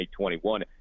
2021